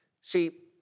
See